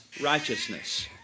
righteousness